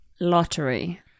Lottery